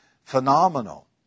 phenomenal